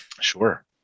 Sure